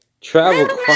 travel